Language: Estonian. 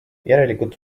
järelikult